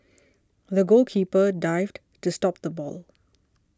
the goalkeeper dived to stop the ball